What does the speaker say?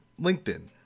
LinkedIn